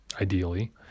ideally